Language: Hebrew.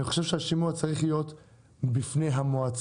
אני חושב שהשימוע צריך להיות בפני המועצה,